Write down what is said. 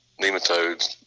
nematodes